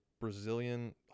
Brazilian